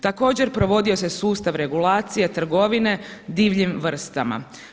Također provodio se sustav regulacije trgovine divljim vrstama.